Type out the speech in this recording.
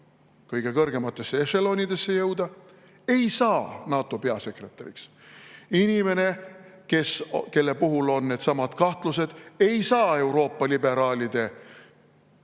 kõige kõrgematesse ešelonidesse, ei saa NATO peasekretäriks. Inimene, kelle puhul on needsamad kahtlused, ei saa Euroopa liberaalide